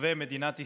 רחבי מדינת ישראל,